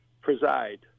Preside